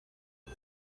but